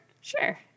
Sure